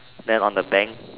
then on the bank